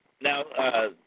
Now